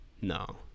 no